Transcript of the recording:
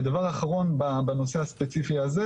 ודבר אחרון בנושא הספציפי הזה,